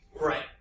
Right